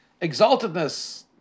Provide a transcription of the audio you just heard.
exaltedness